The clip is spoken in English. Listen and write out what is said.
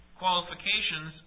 qualifications